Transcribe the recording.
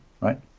right